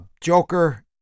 Joker